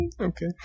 Okay